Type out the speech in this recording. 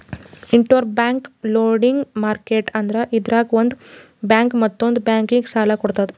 interbank lending market ಅಂದ್ರ ಇದ್ರಾಗ್ ಒಂದ್ ಬ್ಯಾಂಕ್ ಮತ್ತೊಂದ್ ಬ್ಯಾಂಕಿಗ್ ಸಾಲ ಕೊಡ್ತದ್